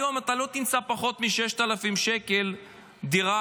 היום לא תמצא פחות מ-6,000 שקל לדירה,